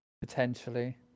Potentially